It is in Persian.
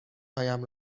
هایم